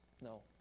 No